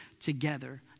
together